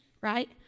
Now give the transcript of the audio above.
right